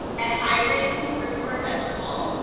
and hydrating fruit or vegetable,